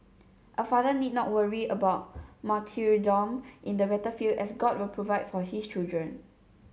a father need not worry about martyrdom in the battlefield as God will provide for his children